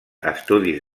estudis